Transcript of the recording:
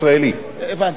הבנתי, בסדר גמור.